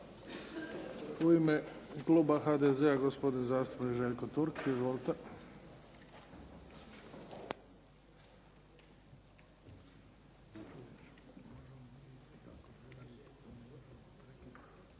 U ime kluba HDZ-a, gospodin zastupnik Željko Turk. Izvolite.